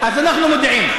אז אנחנו מודיעים.